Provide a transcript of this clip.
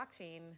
blockchain